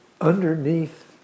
underneath